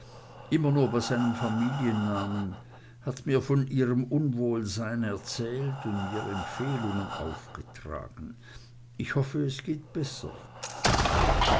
immer nur bei seinem familiennamen hat mir von ihrem unwohlsein erzählt und mir empfehlungen aufgetragen ich hoffe es geht besser